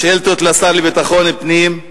שאילתות לשר לביטחון פנים,